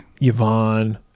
Yvonne